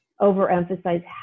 overemphasize